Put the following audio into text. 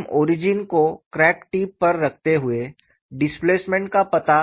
हम ओरिजिन को crack tip पर रखते हुए डिस्प्लेसमेंट का पता